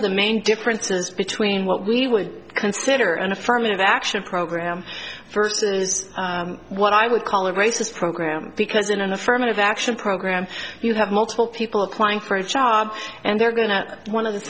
of the main differences between what we would consider an affirmative action program versus what i would call a racist program because in an affirmative action program you have multiple people applying for a job and they're going to one of the